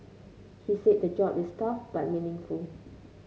he said the job is tough but meaningful